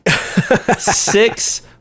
Six